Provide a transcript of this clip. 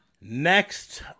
Next